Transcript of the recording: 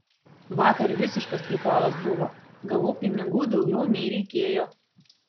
vakar visiškas prikolas buvo gavau pinigų daugiau nei reikėjo